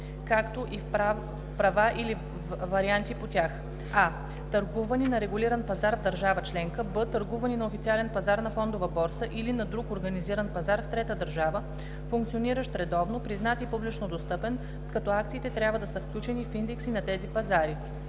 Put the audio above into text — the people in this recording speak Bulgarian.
както и в права или варианти по тях: а) търгувани на регулиран пазар в държава членка; б) търгувани на официален пазар на фондова борса или на друг организиран пазар в трета държава, функциониращ редовно, признат и публично достъпен, като акциите трябва да са включени в индекси на тези пазари;